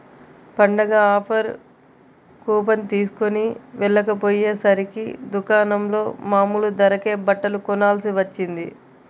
పండగ offer coupon తీస్కొని వెళ్ళకపొయ్యేసరికి దుకాణంలో మామూలు ధరకే బట్టలు కొనాల్సి వచ్చింది